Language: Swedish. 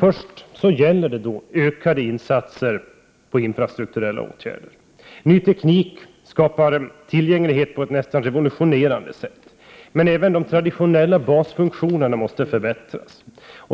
Först gäller det ökade insatser på infrastrukturella åtgärder. Ny teknik skapar tillgänglighet på ett nästan revolutionerande sätt. Men även de traditionella basfunktionerna måste förbättras.